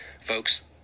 Folks